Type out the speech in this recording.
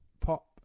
Pop